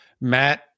Matt